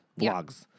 vlogs